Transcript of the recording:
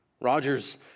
Rogers